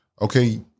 okay –